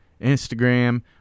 Instagram